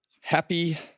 Happy